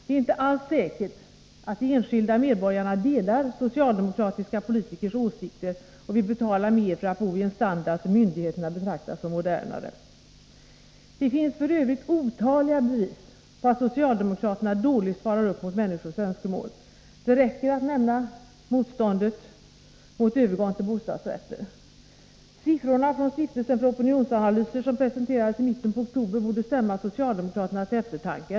Det är inte alls säkert att de enskilda medborgarna delar socialdemokratiska politikers åsikter och vill betala mer för att bo i en standard som myndigheterna betraktar som modernare. Det finns f. ö. otaliga bevis på att socialdemokraterna dåligt svarar upp mot människors önskemål. Det räcker att nämna motståndet mot övergång till bostadsrätter. Siffror från Stiftelsen för opinionsanalyser, som presenterades i mitten av oktober, borde stämma socialdemokraterna till eftertanke.